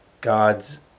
God's